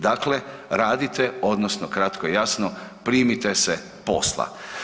Dakle, radite odnosno kratko i jasno, primite se posla.